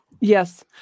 yes